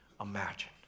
imagine